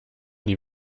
die